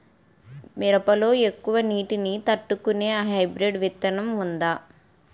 మిరప లో ఎక్కువ నీటి ని తట్టుకునే హైబ్రిడ్ విత్తనం వుందా?